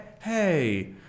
hey